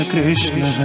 Krishna